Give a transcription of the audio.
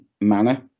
manner